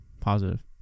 Positive